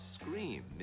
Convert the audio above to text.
scream